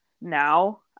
Now